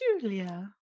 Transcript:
Julia